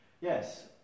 yes